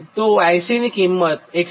તો 𝐼𝐶 ની કિંમત 148